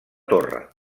torre